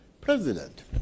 president